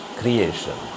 creation